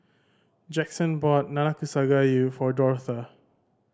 Jackson bought Nanakusa Gayu for Dortha